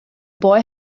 boy